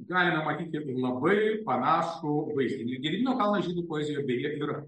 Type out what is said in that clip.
galime matyti irgi labai panašų vaizdinį gedimino kalnas žydų poezijoje ir dailėje yra